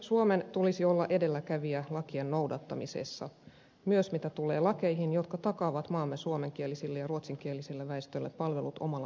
suomen tulisi olla edelläkävijä lakien noudattamisessa myös niiden lakien suhteen jotka takaavat maamme suomen ja ruotsinkieliselle väestölle palvelut omalla äidinkielellään